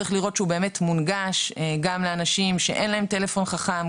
צריך לראות שהוא באמת מונגש גם לאנשים שאין להם טלפון חכם,